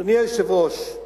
אדוני היושב-ראש,